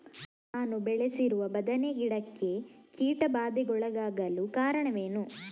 ನಾನು ಬೆಳೆಸಿರುವ ಬದನೆ ಗಿಡಕ್ಕೆ ಕೀಟಬಾಧೆಗೊಳಗಾಗಲು ಕಾರಣವೇನು?